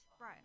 right